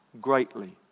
greatly